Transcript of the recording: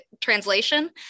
translation